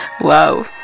wow